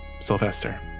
Sylvester